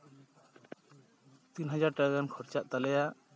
ᱛᱤᱱ ᱦᱟᱡᱟᱨ ᱴᱟᱠᱟ ᱜᱟᱱ ᱠᱷᱚᱨᱪᱟᱜ ᱛᱟᱞᱮᱭᱟ